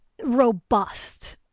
robust